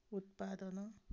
ଉତ୍ପାଦନ